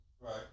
Right